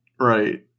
right